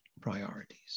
priorities